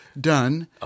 done